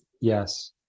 Yes